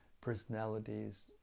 personalities